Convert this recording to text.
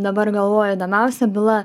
dabar galvoju įdomiausia byla